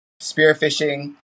spearfishing